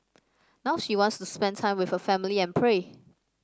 now she wants to spend time with her family and pray